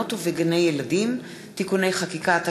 במעונות ובגני-ילדים (תיקוני חקיקה),